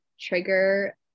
trigger